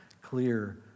clear